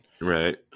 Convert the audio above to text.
Right